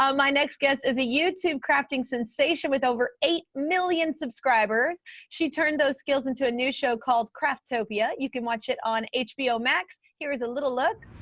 um my next guest is a youtube crafting sensation with over eight million subscribers. she turned those skills into a new show called craftopia, you can watch it on hbo max. here is a little look.